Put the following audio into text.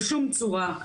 בכל צורה,